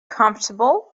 comfortable